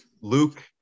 Luke